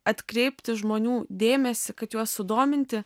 atkreipti žmonių dėmesį kad juos sudominti